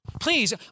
Please